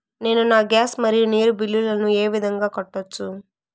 నేను నా గ్యాస్, మరియు నీరు బిల్లులను ఏ విధంగా కట్టొచ్చు?